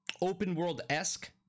open-world-esque